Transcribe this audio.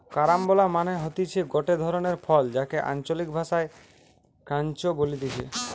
carambola মানে হতিছে গটে ধরণের ফল যাকে আঞ্চলিক ভাষায় ক্রাঞ্চ বলতিছে